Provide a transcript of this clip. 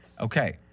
Okay